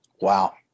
wow